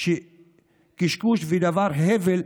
היא קשקוש ודבר הבל,